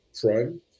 Prime